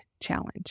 challenge